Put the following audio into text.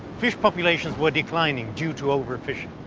fish populations were declining due to overfishing.